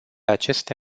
aceste